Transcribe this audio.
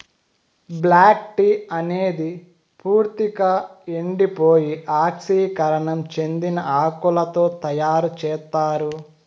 black tea అనేది పూర్తిక ఎండిపోయి ఆక్సీకరణం చెందిన ఆకులతో తయారు చేత్తారు